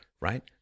right